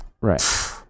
Right